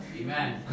Amen